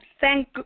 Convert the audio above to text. Thank